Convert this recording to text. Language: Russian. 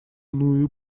иную